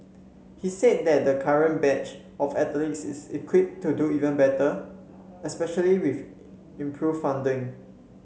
he said that the current batch of athletes is equipped to do even better especially with improved funding